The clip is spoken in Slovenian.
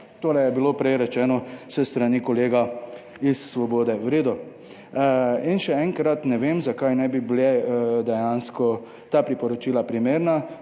Tole je bilo prej rečeno s strani kolega iz Svobode. V redu. In še enkrat, ne vem, zakaj ne bi bila dejansko ta priporočila primerna: